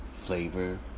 flavor